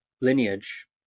lineage